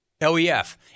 L-E-F